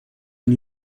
and